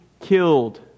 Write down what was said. killed